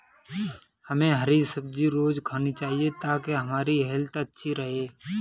हमे हरी सब्जी रोज़ खानी चाहिए ताकि हमारी हेल्थ अच्छी रहे